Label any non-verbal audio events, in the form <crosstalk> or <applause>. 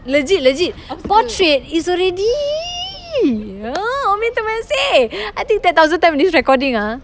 legit legit portrait is already <noise> how many times I have to say I think ten thousand times in this recording ah